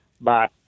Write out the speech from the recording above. bye